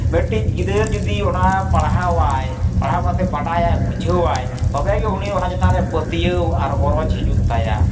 ᱢᱤᱫᱴᱤᱡ ᱜᱤᱫᱟᱹᱨ ᱡᱩᱫᱤ ᱚᱱᱟ ᱯᱟᱲᱦᱟᱣᱟᱭ ᱯᱟᱲᱦᱟᱣ ᱠᱟᱛᱮᱜ ᱵᱟᱰᱟᱭᱟᱭ ᱵᱩᱡᱷᱟᱹᱣᱟᱭ ᱛᱚᱵᱮᱜᱮ ᱩᱱᱤ ᱚᱱᱟ ᱪᱮᱛᱟᱱᱨᱮ ᱯᱟᱹᱛᱭᱟᱹᱣ ᱟᱨ ᱜᱚᱨᱚᱡᱽ ᱦᱤᱡᱩᱜ ᱛᱟᱭᱟ